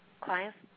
clients